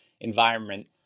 environment